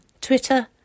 Twitter